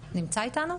איתנו?